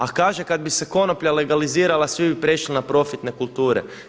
A kaže kad bi se konoplja legalizirala svi bi prešli na profitne kulture.